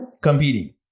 competing